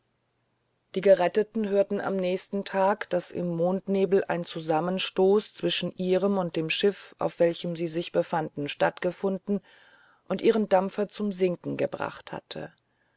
die geretteten hörten am nächsten tag daß im mondnebel ein zusammenstoß zwischen ihrem und dem schiff auf welchem sie sich jetzt befanden stattgefunden und ihren dampfer zum sinken gebracht hatte